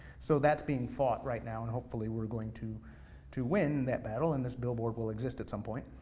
so that's being fought right now, and hopefully we're going to to win that battle, and this billboard will exist at some point.